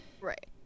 Right